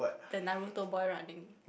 the Naruto boy running